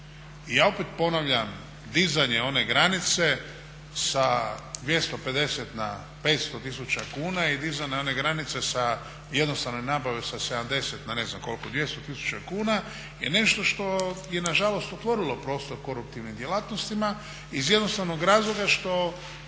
i ja opet ponavljam dizanje one granice sa 250 na 500 tisuća kuna i dizanje one granice sa jednostavne nabave sa 70 na ne znam koliko 200 tisuća kuna je nešto što je nažalost otvorilo prostor koruptivnim djelatnostima iz razloga što